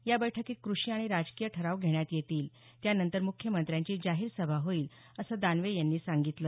या बैठकीत कृषी आणि राजकीय ठराव घेण्यात येतील त्यानंतर मुख्यमंत्र्यांची जाहीर सभा होईल असं दानवे यांनी सांगितलं